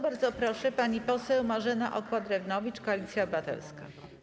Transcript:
Bardzo proszę, pani poseł Marzena Okła-Drewnowicz, Koalicja Obywatelska.